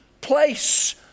place